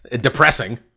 Depressing